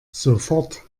sofort